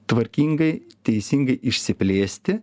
tvarkingai teisingai išsiplėsti